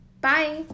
Bye